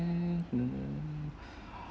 mm